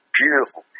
beautiful